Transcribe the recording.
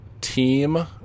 team